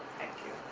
thank you.